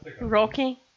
Rocky